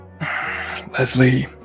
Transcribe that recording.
Leslie